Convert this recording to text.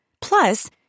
Plus